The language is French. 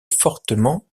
fortement